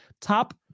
Top